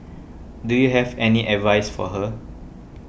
do you have any advice for her